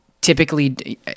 typically